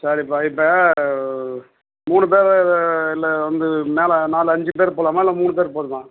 சரிப்பா இப்போ மூணு பேர் இல்லை வந்து மேலே நாலு அஞ்சு பேர் போகலாமா இல்லை மூணு பேர் போதுமா